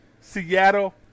Seattle